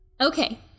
Okay